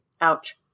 Ouch